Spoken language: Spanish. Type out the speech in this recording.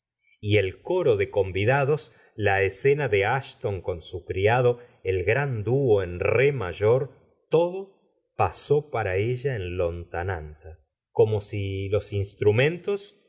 y el coro de covidados la escena de asthon con su criado el gran dúo en re mayor todo pa só para ella en lontananza como si los instrumentos